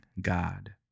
God